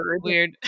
Weird